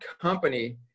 company